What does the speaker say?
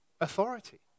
authority